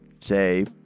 say